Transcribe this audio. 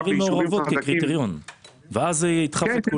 ערים מעורבות כקריטריון ואז זה ידחוף את כולם.